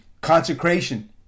consecration